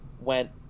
went